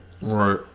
Right